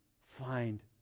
find